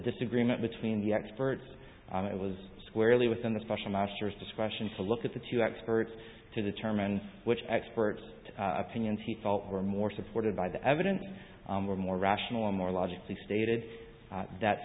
disagreement between the experts and i was squarely within the special masters discretion to look at the two experts to determine which expert opinions he felt were more supported by the evidence and were more rational or more logically stated that's